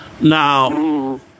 Now